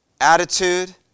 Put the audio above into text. attitude